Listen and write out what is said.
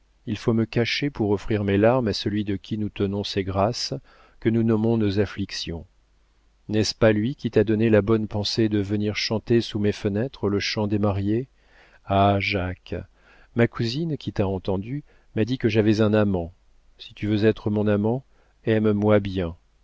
il faut me cacher pour offrir mes larmes à celui de qui nous tenons ces grâces que nous nommons nos afflictions n'est-ce pas lui qui t'a donné la bonne pensée de venir chanter sous mes fenêtres le chant des mariées ah jacques ma cousine qui t'a entendu m'a dit que j'avais un amant si tu veux être mon amant aime-moi bien